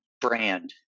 brand